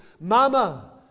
Mama